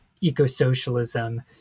eco-socialism